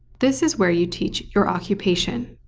this is where you teach your occupation,